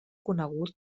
conegut